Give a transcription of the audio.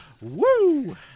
Woo